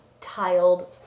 tiled